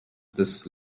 this